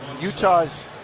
utah's